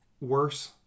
Worse